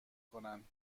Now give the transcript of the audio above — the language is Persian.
کنند